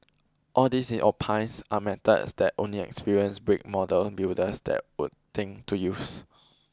all these he opines are methods that only experienced brick model builders there would think to use